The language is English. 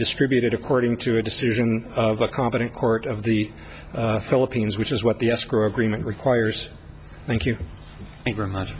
distributed according to a decision of a competent court of the philippines which is what the escrow agreement requires thank you very much